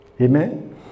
Amen